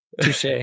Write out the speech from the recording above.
Touche